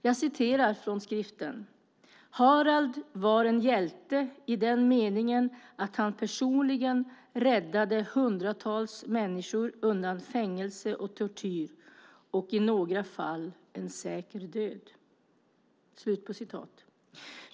Jag läser ur skriften: Harald var en hjälte i den meningen att han personligen räddade hundratals människor undan fängelse och tortyr och i några fall en säker död.